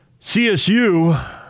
CSU